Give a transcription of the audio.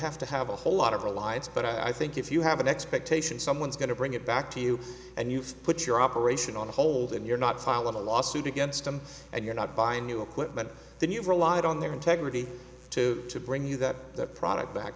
have to have a whole lot of reliance but i think if you have an expectation someone's going to bring it back to you and you've put your operation on hold and you're not silent a lawsuit against them and you're not buying new equipment then you've relied on their integrity to to bring you that product back